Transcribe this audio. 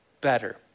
better